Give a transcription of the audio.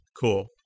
Cool